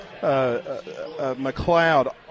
McLeod